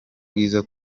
bwiza